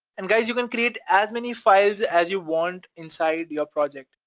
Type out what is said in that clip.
and guys, you can create as many files as you want inside your project.